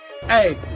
hey